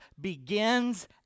begins